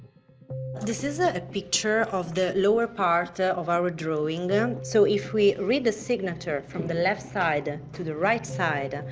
this is a ah picture of the lower part of our ah drawing. and so, if we read the signature from the left side ah to the right side,